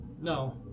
No